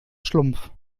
schlumpf